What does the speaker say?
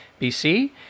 BC